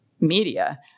media